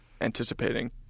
anticipating